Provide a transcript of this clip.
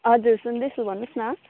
हजुर सुन्दैछु भन्नुहोस् न